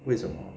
为什么